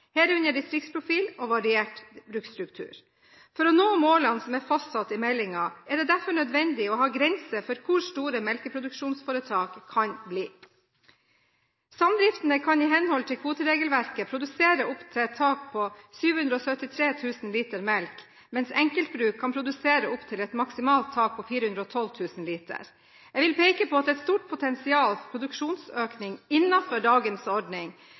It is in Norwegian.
herunder distriktsprofil og variert bruksstruktur. For å nå målene som er fastsatt i meldingen, er det derfor nødvendig å ha grenser for hvor store melkeproduksjonsforetak kan bli. Samdriftene kan i henhold til kvoteregelverket produsere opp til et tak på 773 000 liter melk, mens enkeltbruk kan produsere opp til et maksimalt tak på 412 000 liter. Jeg vil peke på at det er et stort potensial for produksjonsøkning innenfor dagens ordning,